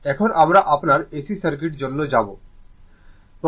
এখন আমরা আপনার AC সার্কিট জন্য শুরু করব